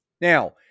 Now